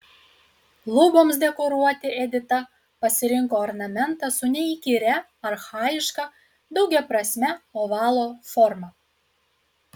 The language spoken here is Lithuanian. luboms dekoruoti edita pasirinko ornamentą su neįkyria archajiška daugiaprasme ovalo forma